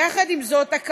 יחד עם זאת, הקבלן,